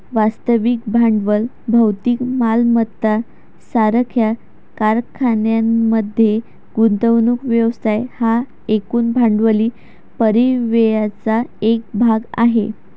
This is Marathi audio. वास्तविक भांडवल भौतिक मालमत्ता सारख्या कारखान्यांमध्ये गुंतवणूक व्यवसाय हा एकूण भांडवली परिव्ययाचा एक भाग आहे